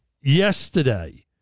Yesterday